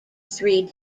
three